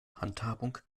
handhabung